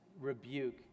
rebuke